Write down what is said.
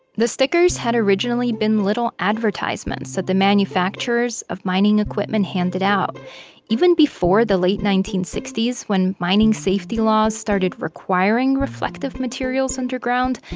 the stickers had originally been little advertisements that the manufacturers of mining equipment handed out even before the late sixty s when mining safety laws started requiring reflective materials underground,